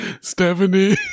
Stephanie